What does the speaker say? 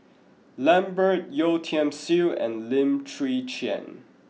Lambert Yeo Tiam Siew and Lim Chwee Chian